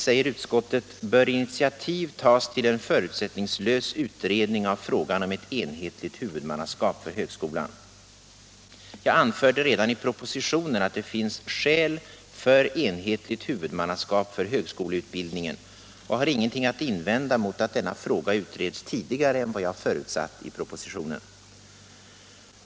en förutsättningslös utredning av frågan om ett enhetligt huvudmannaskap för högskolan. Jag anförde redan i propositionen att det finns skäl för ett enhetligt huvudmannaskap för högskoleutbildningen och har ingenting att invända mot att denna fråga utreds tidigare än vad jag förutsatt i propositionen.